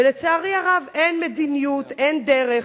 ולצערי הרב, אין מדיניות, אין דרך.